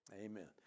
Amen